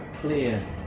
clear